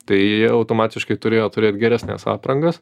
tai jie automatiškai turėjo turėt geresnes aprangas